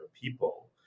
people